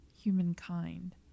humankind